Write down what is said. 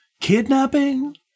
kidnapping